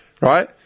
right